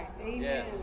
Amen